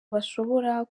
bashobora